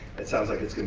it sounds like it's